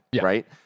right